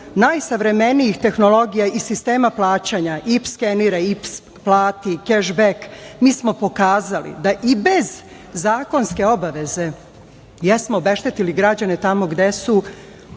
najsavremenijih tehnologija iz sistema plaćanja - IP skenera, IPS plati, kešbek. Mi smo pokazali da i bez zakonske obaveze jesmo obeštetili građane tamo gde su